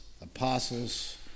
apostles